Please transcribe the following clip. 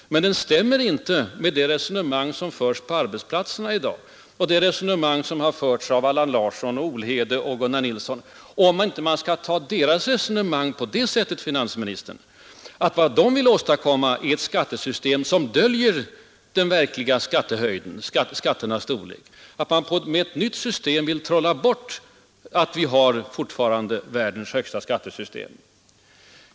Men den stämmer inte med det resonemang som förs på arbetsplatserna i dag och de resonemang som har förts av Allan Larsson, Olhede och Gunnar Nilsson — om man inte skall fatta deras resonemang på det sättet, finansministern, att vad de vill åstadkomma är ett skattesystem som döljer skatternas verkliga storlek, ett nytt system som trollar bort att vi fortfarande har världens högsta skatter.